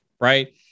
Right